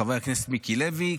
חבר הכנסת מיקי לוי,